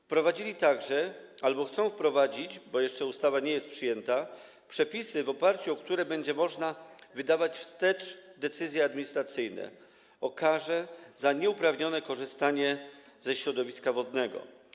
Wprowadzili także albo chcą wprowadzić - bo ustawa jeszcze nie jest przyjęta - przepisy, w oparciu o które będzie można wydawać wstecz decyzje administracyjne o karze za nieuprawnione korzystanie ze środowiska wodnego.